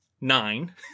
nine